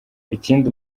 ikindi